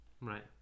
Right